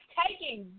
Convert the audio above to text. taking